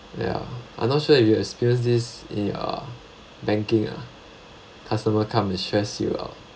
ya I'm not sure if you experience this in uh banking ah customer come and stress you out